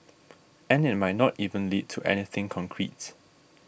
and it might not even lead to anything concrete